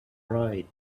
right